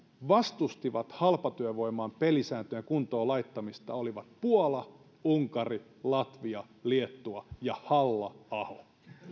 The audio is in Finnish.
vastustivat halpatyövoiman pelisääntöjen kuntoon laittamista olivat puola unkari latvia liettua ja halla aho